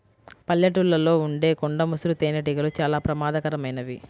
పల్లెటూళ్ళలో ఉండే కొండ ముసురు తేనెటీగలు చాలా ప్రమాదకరమైనవి